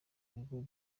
bigo